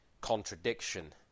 contradiction